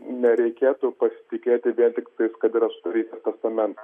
nereikėtų pasitikėti tiktai kad yra sudarytas testamentas